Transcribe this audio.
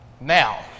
Now